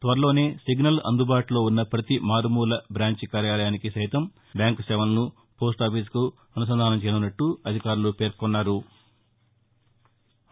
త్వరలోనే సిగ్నల్ అందుబాటులో ఉన్న ప్రతి మారుమూల బ్రాంచ్ కార్యాలయానికి సైతం బ్యాంకు సేవలను పోస్టాఫీసుకు అనుసంధానం చేయనున్నట్లు పేర్కొన్నారు